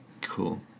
Cool